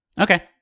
Okay